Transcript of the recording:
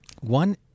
one